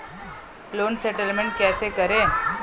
Loan settlement कैसे करें?